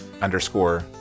underscore